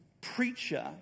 preacher